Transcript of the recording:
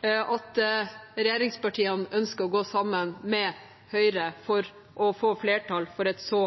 at regjeringspartiene ønsker å gå sammen med Høyre for å få flertall for et så